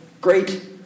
great